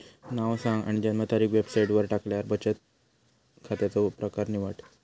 नाव सांग आणि जन्मतारीख वेबसाईटवर टाकल्यार बचन खात्याचो प्रकर निवड